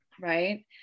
right